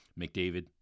McDavid